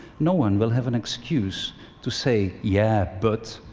no one will have an excuse to say, yeah, but.